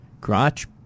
Crotch